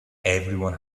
everyone